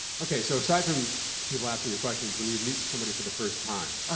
okay, so aside from people asking you questions when you meet somebody for the first time. ah